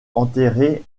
enterrées